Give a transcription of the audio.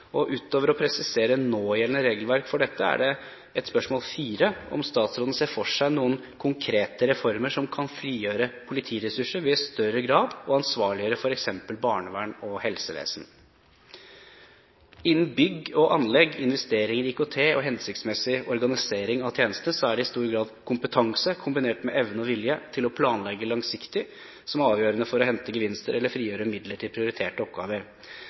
Utover å presisere någjeldende regelverk for dette er spørsmål nr. fire: Ser statsråden for seg noen konkrete reformer som kan frigjøre politiressurser ved i større grad å ansvarliggjøre f.eks. barnevernet og helsevesenet? Innen bygg og anlegg, investeringer, IKT og hensiktsmessig organisering av tjenester er det i stor grad kompetanse kombinert med evne og vilje til å planlegge langsiktig som er avgjørende for å hente gevinster eller frigjøre midler til prioriterte oppgaver.